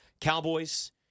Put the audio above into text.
Cowboys